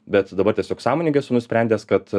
bet dabar tiesiog sąmoningai esu nusprendęs kad